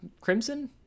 Crimson